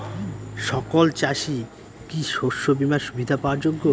সকল চাষি কি শস্য বিমার সুবিধা পাওয়ার যোগ্য?